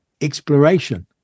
exploration